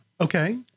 Okay